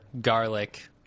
garlic